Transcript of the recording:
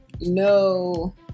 no